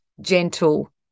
gentle